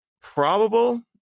probable